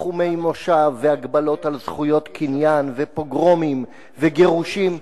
תחומי מושב והגבלות על זכויות קניין ופוגרומים וגירושים.